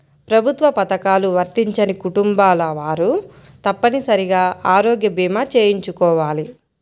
ప్రభుత్వ పథకాలు వర్తించని కుటుంబాల వారు తప్పనిసరిగా ఆరోగ్య భీమా చేయించుకోవాలి